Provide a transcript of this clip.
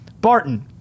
Barton